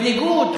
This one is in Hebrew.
בניגוד,